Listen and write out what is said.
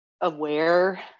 aware